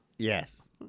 Yes